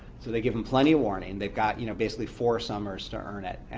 so they give them plenty of warning. they've got you know basically four summers to earn it.